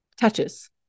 touches